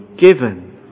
given